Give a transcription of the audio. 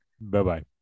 Bye-bye